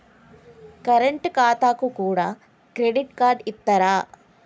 Current ఖాతాకు కూడా credit card ఇత్తరా?